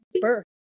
birth